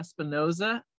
Espinoza